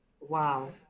Wow